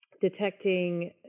detecting